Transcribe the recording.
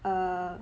err